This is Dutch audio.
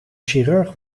chirurg